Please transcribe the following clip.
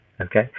Okay